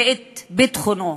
ואת ביטחונו,